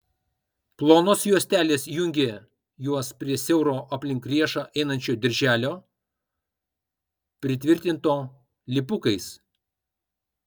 plonos juostelės jungė juos prie siauro aplink riešą einančio dirželio pritvirtinto lipukais